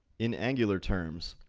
in angular terms,